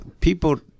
people